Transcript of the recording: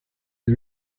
the